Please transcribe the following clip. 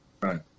Right